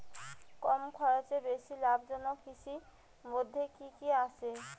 কম খরচে বেশি লাভজনক কৃষির মইধ্যে কি কি আসে?